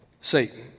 Satan